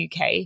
UK